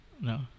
No